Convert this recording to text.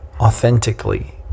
authentically